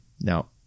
Now